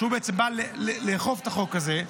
שבעצם בא לאכוף את החוק הזה,